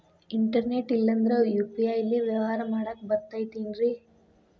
Internet ಇಲ್ಲಂದ್ರ UPI ಲೇ ವ್ಯವಹಾರ ಮಾಡಾಕ ಬರತೈತೇನ್ರೇ?